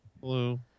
Hello